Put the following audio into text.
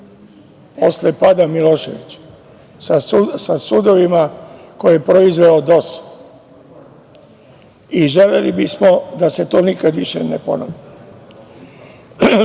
posle pada Miloševića sa sudovima koje je proizveo DOS i želeli bismo da se to nikada više ne ponovi.